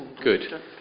good